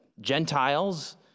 Gentiles